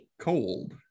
cold